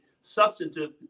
substantive